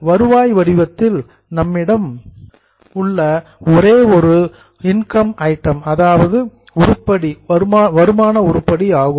வருவாய் வடிவத்தில் நம்மிடம் உள்ள ஒரே ஒரு இன்கம் ஐட்டம் உருப்படி வருமானம் ஆகும்